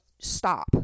stop